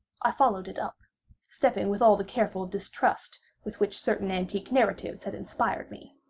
i followed it up stepping with all the careful distrust with which certain antique narratives had inspired me.